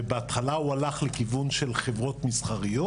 שבהתחלה הוא הלך לכיוון של חברות מסחריות